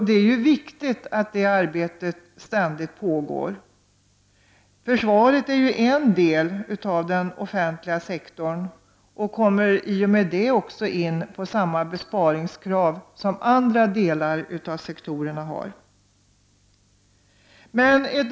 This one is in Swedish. Det är viktigt att det arbetet ständigt pågår. Försvaret är en del av den offentliga sektorn och omfattas i och med det av samma besparingskrav som andra delar av den.